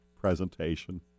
presentation